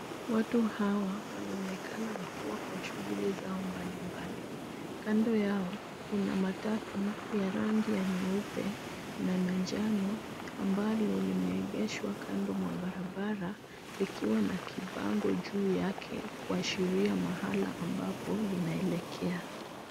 Watu hawa wanaonekana wakiwa kwa shughuli zao mbalimbali. Kando yao kuna matatu ya rangi ya nyeupe na manjano ambalo limeegeshwa kando mwa barabara likiwa na kibango juu yake washiria mahala ambapo linaelekea.